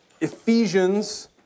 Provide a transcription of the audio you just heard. Ephesians